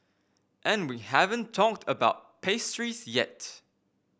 and we haven't talked about pastries yet